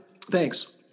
thanks